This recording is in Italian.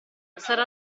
sarà